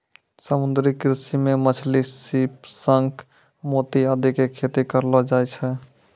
समुद्री कृषि मॅ मछली, सीप, शंख, मोती आदि के खेती करलो जाय छै